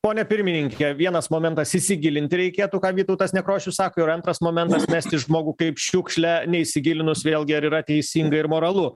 pone pirmininke vienas momentas įsigilinti reikėtų ką vytautas nekrošius sako ir antras momentas mesti žmogų kaip šiukšlę neįsigilinus vėlgi ar yra teisinga ir moralu